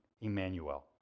Emmanuel